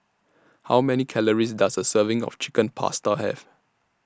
How Many Calories Does A Serving of Chicken Pasta Have